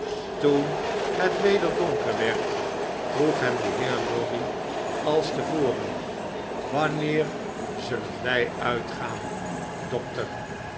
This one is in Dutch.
toen het weder donker werd vroeg hem de heer lorry als te voren wanneer zullen wy uitgaan dokter